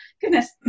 Goodness